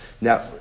now